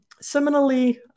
similarly